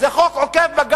זה חוק עוקף-בג"ץ,